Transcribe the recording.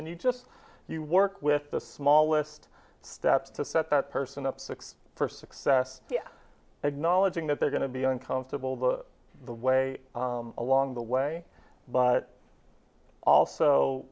and you just you work with the smallest steps to set that person up six for success acknowledging that they're going to be uncomfortable the the way along the way but also